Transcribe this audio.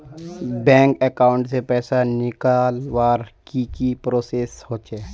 Bank account से पैसा निकालवर की की प्रोसेस होचे?